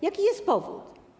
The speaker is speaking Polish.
Jaki jest powód?